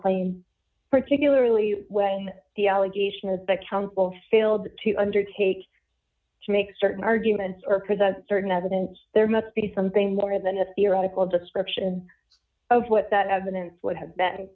claim particularly when the allegation that the council failed to undertake to make certain arguments or present certain evidence there must be something more than a theoretical description of what that evidence would have been